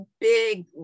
big